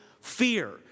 fear